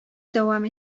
дәвам